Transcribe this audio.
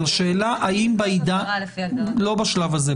בשלב הזה.